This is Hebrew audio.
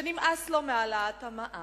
שנמאס לו מהעלאת המע"מ,